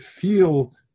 feel